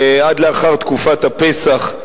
עד לאחר תקופת הפסח,